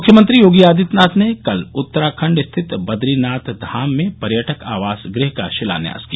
मुख्यमंत्री योगी आदित्यनाथ ने कल उत्तराखण्ड स्थित बद्रीनाथ धाम में पर्यटक आवास गृह का शिलान्यास किया